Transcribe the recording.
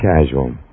casual